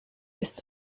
ist